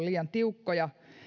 liian tiukkoja